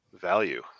Value